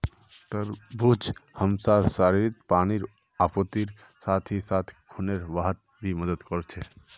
तरबूज हमसार शरीरत पानीर आपूर्तिर साथ ही साथ खूनेर बहावत भी मदद कर छे